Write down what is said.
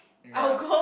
ya